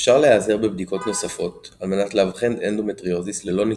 אפשר להיעזר בבדיקות נוספות על מנת לאבחן אנדומטריוזיס ללא ניתוח,